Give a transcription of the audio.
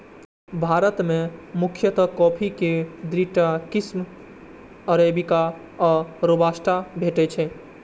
भारत मे मुख्यतः कॉफी के दूटा किस्म अरेबिका आ रोबास्टा भेटै छै